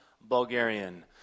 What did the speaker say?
Bulgarian